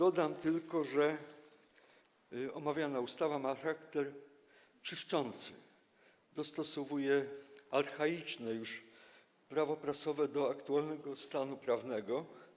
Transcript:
Powiem tylko, że omawiana ustawa ma charakter czyszczący, dostosowuje archaiczne już Prawo prasowe do aktualnego stanu prawnego.